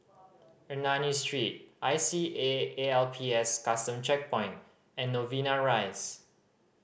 Ernani Street I C A A L P S Custom Checkpoint and Novena Rise